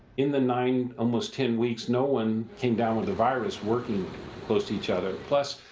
in the nine, almost ten weeks no one came down with the virus working close to each other. plus,